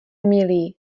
milý